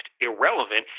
irrelevant